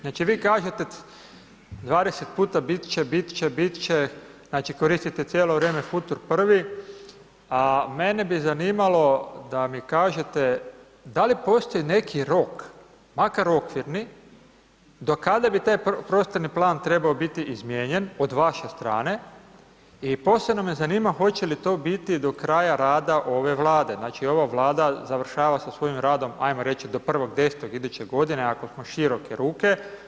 Znači vi kažete 20 puta bit će, bit će, znači koristite cijelo vrijeme futur prvi, a mene bi zanimalo da mi kažete, da li postoji neki rok, makar okvirni do kada bi taj prostorni plan trebao biti izmijenjen od vaše strane i posebno me zanima hoće li to biti do kraja rada ove Vlade, znači ova Vlada završava sa svojim radom, hajmo reći do 1.10. iduće godine, ako smo široke ruke.